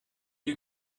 you